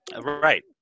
Right